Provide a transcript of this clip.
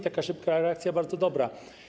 To szybka reakcja, bardzo dobra.